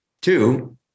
Two